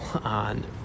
on